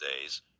days